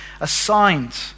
assigned